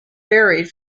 varied